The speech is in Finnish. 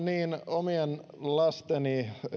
omien lasteni